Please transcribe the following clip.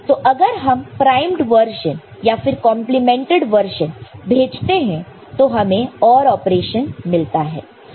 तो अगर हम प्राइमड वर्शन या फिर कंप्लीमेंटेड वर्शन भेजते हैं तो हमें OR ऑपरेशन मिलता है